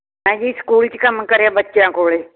ਮੈਂ ਜੀ ਸਕੂਲ 'ਚ ਕੰਮ ਕਰਿਆ ਬੱਚਿਆਂ ਕੋਲੇ